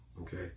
okay